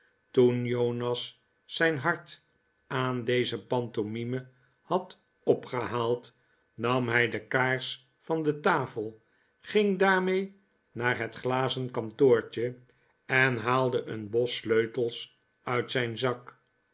toen jonas zijn hart aan deze pantomime had opgehaald nam hij de kaars van de tafel ging daarmee naar het glazen kantoortje en haalde een bos sleutels uit zijn zak